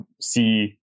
see